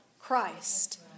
Christ